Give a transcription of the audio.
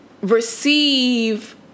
receive